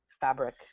fabric